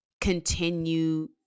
continue